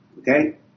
Okay